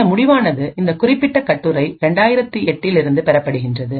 இந்த முடிவானது இந்த குறிப்பிட்ட கட்டுரை 2008 இருந்து பெறப்படுகிறது